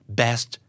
best